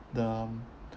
the um